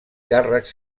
càrrecs